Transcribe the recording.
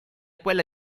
quella